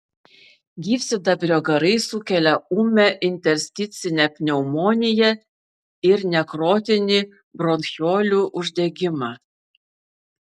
gyvsidabrio garai sukelia ūmią intersticinę pneumoniją ir nekrotinį bronchiolių uždegimą